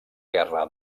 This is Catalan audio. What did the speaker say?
guerra